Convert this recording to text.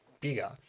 bigger